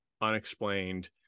unexplained